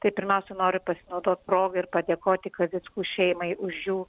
tai pirmiausia noriu pasinaudot proga ir padėkoti kazickų šeimai už jų